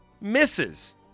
misses